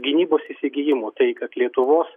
gynybos įsigijimų tai kad lietuvos